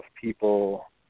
people